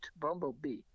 bumblebee